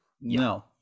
No